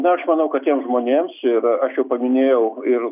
na aš manau kad tiems žmonėms ir aš jau paminėjau ir